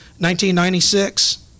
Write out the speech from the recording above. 1996